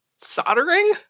Soldering